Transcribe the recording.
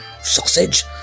Sausage